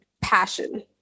passion